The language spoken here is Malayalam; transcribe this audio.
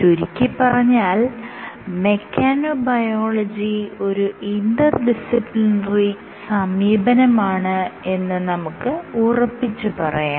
ചുരുക്കിപ്പറഞ്ഞാൽ മെക്കാനൊബയോളജി ഒരു ഇന്റർ ഡിസിപ്ലിനറി സമീപനമാണ് എന്ന് നമുക്ക് ഉറപ്പിച്ച് പറയാം